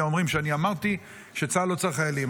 אומרים שאני אמרתי שצה"ל לא צריך חיילים.